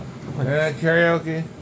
karaoke